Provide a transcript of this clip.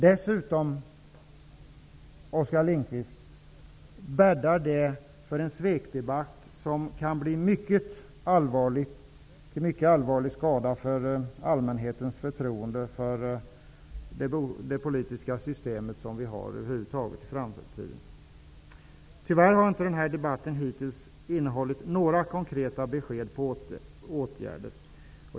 Dessutom, Oskar Lindkvist, bäddar det för en svekdebatt som kan bli till mycket allvarlig skada för allmänhetens förtroende för det politiska system som vi har. Tyvärr har denna debatt hittills inte innehållit några konkreta besked om åtgärder.